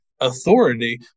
authority